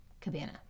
cabana